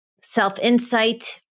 self-insight